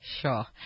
Sure